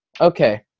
okay